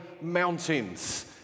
mountains